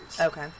Okay